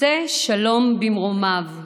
עושה שלום במרומיו,